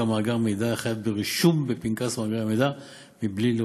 מאגר מידע החייב ברישום בפנקס מאגרי מידע בלי לרושמו.